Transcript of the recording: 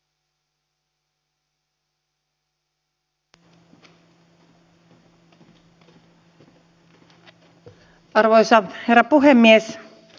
arvoisa herra puhemies